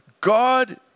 God